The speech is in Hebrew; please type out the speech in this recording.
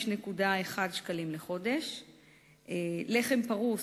5.1 שקלים לחודש, לחם פרוס,